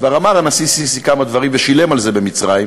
כבר אמר הנשיא א-סיסי כמה דברים ושילם על זה במצרים,